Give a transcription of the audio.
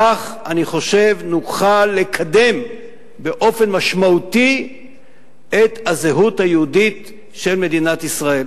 כך אני חושב נוכל לקדם באופן משמעותי את הזהות היהודית של מדינת ישראל.